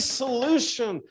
solution